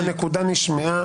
הנקודה נשמעה.